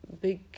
big